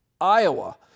iowa